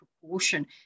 proportion